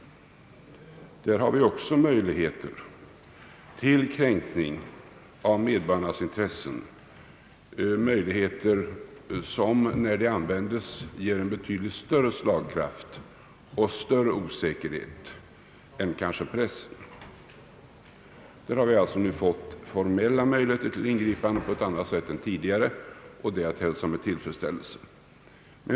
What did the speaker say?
Där finns det också möjligheter till kränkning av medborgarnas intressen, möjligheter som, när de används, ger en betydligt större slagkraft och större rättsosäkerhet. Där har vi alltså nu fått formella möjligheter till ingripande på ett annat sätt än tidigare, och det är att hälsa med tillfredsställelse.